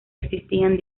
existían